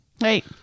Right